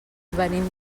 venim